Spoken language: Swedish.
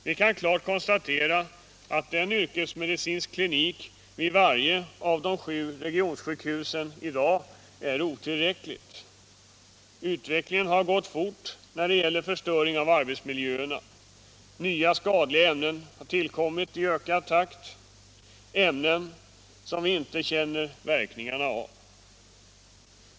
Vi kan klart konstatera att en yrkesmedicinsk klinik vid vart och ett av de sju regionsjukhusen i dag är otillräckligt. Utvecklingen har gått fort när det gäller förstöring av arbetsmiljöerna, nya skadliga ämnen har tillkommit i ökad takt — ämnen som vi inte känner verkningarna av.